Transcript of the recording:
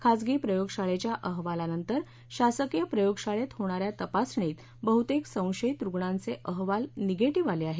खासगी प्रयोगशाळेच्या अहवालानंतर शासकीय प्रयोगशाळेत होणाऱ्या तपासणीत बहुतेक संशयीत रुग्णांचे अहवाल निगेटिव्ह आले आहेत